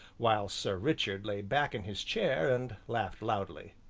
while sir richard lay back in his chair and laughed loudly.